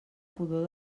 pudor